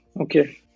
Okay